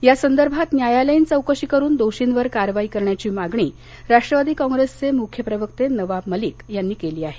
या संदर्भात न्यायालयीन चौकशी करून दोषींवर कारवाई करण्याची मागणी राष्ट्रवादी कॉप्रेस चे मुख्य प्रवक्ते नवाब मलिक यांनी केली आहे